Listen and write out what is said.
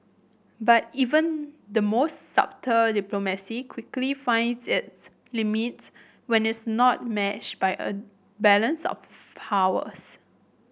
but even the most subtle diplomacy quickly finds its limits when its not matched by a balance of powers